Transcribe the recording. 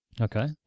Okay